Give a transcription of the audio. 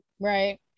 Right